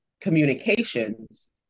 communications